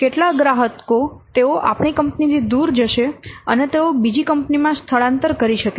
કેટલાક ગ્રાહકો તેઓ આપણી કંપનીથી દૂર જશે અને તેઓ બીજી કંપનીમાં સ્થળાંતર કરી શકે છે